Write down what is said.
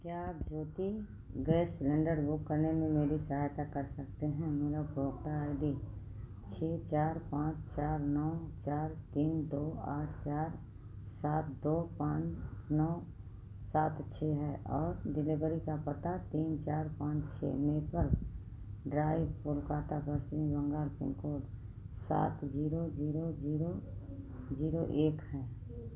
क्या आप Jyoti gas cylinder book करने में मेरी सहायता कर सकते हैं मेरा उपभोक्ता आई डी छः चार पाँच चार नौ चार तीन दो आठ चार सात दो पाँच नौ सात छः है और डिलेवरी का पता तीन चार पाँच छः Maple Drive Kolkata Paschim Bangal pin code सात जीरो जीरो जीरो एक है